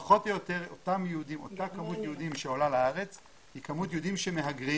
פחות או יותר אותה כמות יהודים שעולה לארץ היא כמות היהודים שמהגרים.